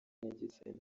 n’igitsina